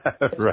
Right